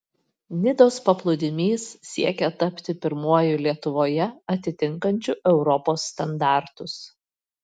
nidos paplūdimys siekia tapti pirmuoju lietuvoje atitinkančiu europos standartus